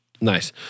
Nice